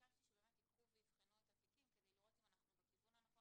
וביקשתי שיבחנו את התיקים כדי לראות אם אנחנו בכיוון הנכון